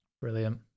brilliant